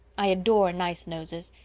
i adore nice noses.